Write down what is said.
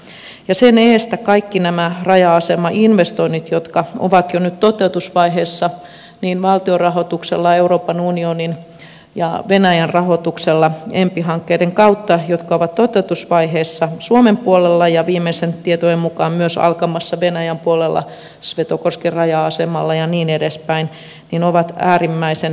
sen edestä kaikki nämä raja asemainvestoinnit jotka ovat jo nyt toteutusvaiheessa niin valtion rahoituksella kuin euroopan unionin ja venäjän rahoituksella enpi hankkeiden kautta suomen puolella ja viimeisten tietojen mukaan myös alkamassa venäjän puolella svetogorskin raja asemalla ja niin edespäin ovat äärimmäisen tervetulleita